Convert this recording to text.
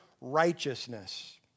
righteousness